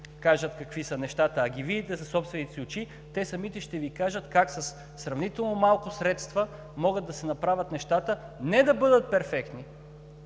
кажат какви са нещата, а ги видите със собствените си очи, те самите ще Ви кажат как със сравнително малко средства могат да се направят нещата, не да бъдат перфектни,